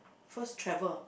first travel